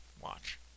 watch